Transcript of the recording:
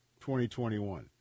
2021